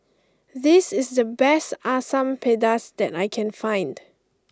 this is the best Asam Pedas that I can find